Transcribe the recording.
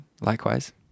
likewise